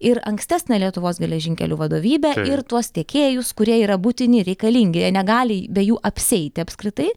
ir ankstesnę lietuvos geležinkelių vadovybę ir tuos tiekėjus kurie yra būtini reikalingi jie negali be jų apsieiti apskritai